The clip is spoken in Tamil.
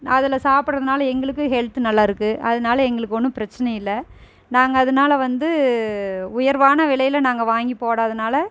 அதில் சாப்புடுறதுனால எங்ளுக்கு ஹெல்த் நல்லாருக்குது அதனால் எங்களுக்கு ஒன்றும் பிரச்சினை இல்லை நாங்கள் அதனால் வந்து உயர்வான விலையில் நாங்கள் வாங்கி போடாதுனால்